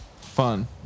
Fun